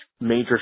major